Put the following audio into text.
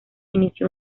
inició